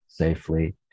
safely